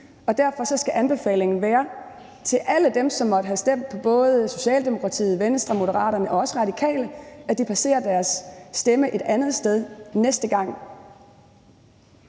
derfor skal anbefalingen til alle dem, som måtte have stemt på Venstre, Socialdemokraterne, Moderaterne og også Radikale, være, at de placerer deres stemme et andet sted næste gang.